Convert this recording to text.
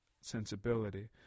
sensibility